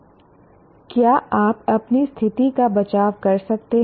क्या आप अपनी स्थिति का बचाव कर सकते हैं